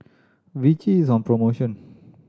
Vichy is on promotion